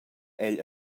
egl